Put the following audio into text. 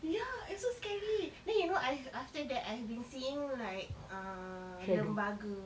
ya it's so scary then you know I after that I have been seeing like uh lembaga